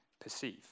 perceive